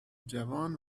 جوان